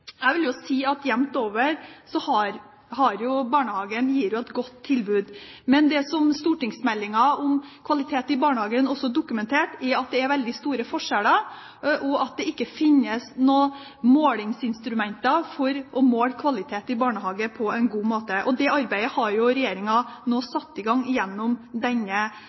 Jeg vil jo si at jevnt over gir barnehagen et godt tilbud, men det som stortingsmeldingen om kvalitet i barnehagen også dokumenterte, er at det er veldig store forskjeller, og at det ikke finnes noen målingsinstrumenter for å måle kvaliteten i barnehagene på en god måte. Og det arbeidet har regjeringen nå satt i gang gjennom denne